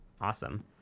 Awesome